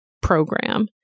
program